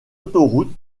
autoroute